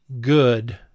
good